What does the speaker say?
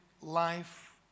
life